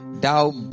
Thou